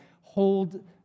hold